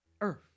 earth